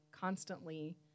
constantly